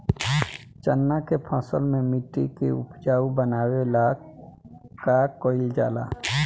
चन्ना के फसल में मिट्टी के उपजाऊ बनावे ला का कइल जाला?